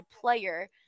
player